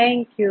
thank you